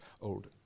old